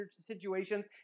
situations